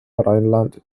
rheinland